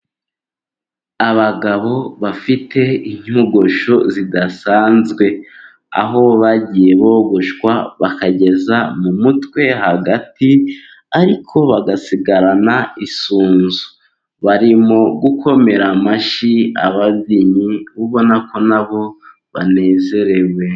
Abagabo bafite inyogosho zidasanzwe, aho bagiye bogoshwa bakageza mu mutwe hagati, ariko bagasigarana isunzu barimo gukomera amashyi ababyinnyi ubona ko na bo banezerewe.